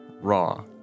raw